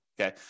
Okay